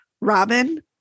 Robin